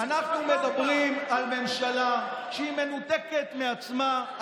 אנחנו מדברים על ממשלה שהיא מנותקת מעצמה,